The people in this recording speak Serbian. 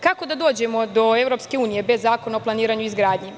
Kako da dođemo do Evropske unije bez zakona o planiranju i izgradnji?